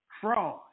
fraud